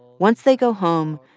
once they go home,